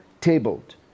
tabled